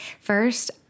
First